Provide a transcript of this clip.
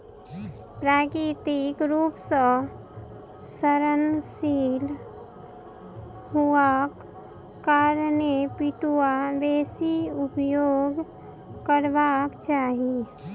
प्राकृतिक रूप सॅ सड़नशील हुअक कारणें पटुआ बेसी उपयोग करबाक चाही